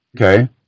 Okay